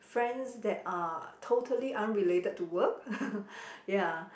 friends that are totally unrelated to work ya